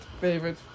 favorite